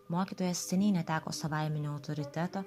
mokytojas seniai neteko savaiminio autoriteto